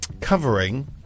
covering